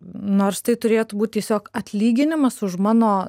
nors tai turėtų būti tiesiog atlyginimas už mano